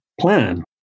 plan